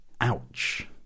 Ouch